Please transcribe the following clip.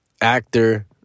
actor